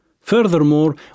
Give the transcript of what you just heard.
Furthermore